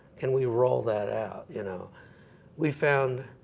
can we roll that out? you know we found